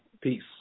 peace